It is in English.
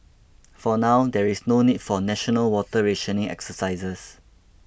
for now there is no need for national water rationing exercises